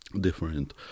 different